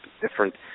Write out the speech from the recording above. different